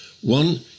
one